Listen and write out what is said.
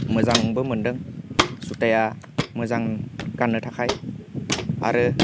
मोजांबो मोन्दों जुटाया मोजां गाननो थाखाय आरो